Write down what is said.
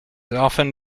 often